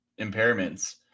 impairments